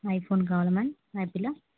iPhone కావాలా ma'am ఆపిలా